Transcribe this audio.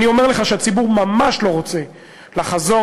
אני אומר לך שהציבור ממש לא רוצה לחזור